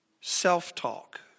Self-talk